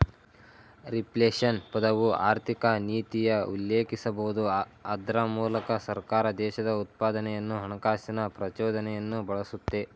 reflation ಪದವು ಆರ್ಥಿಕನೀತಿಯ ಉಲ್ಲೇಖಿಸಬಹುದು ಅದ್ರ ಮೂಲಕ ಸರ್ಕಾರ ದೇಶದ ಉತ್ಪಾದನೆಯನ್ನು ಹಣಕಾಸಿನ ಪ್ರಚೋದನೆಯನ್ನು ಬಳಸುತ್ತೆ